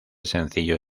sencillo